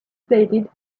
stated